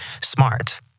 smart